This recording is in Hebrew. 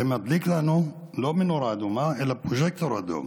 זה מדליק לנו לא נורה אדומה אלא פרוז'קטור אדום,